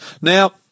Now